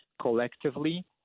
collectively